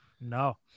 No